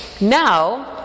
Now